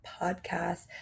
podcast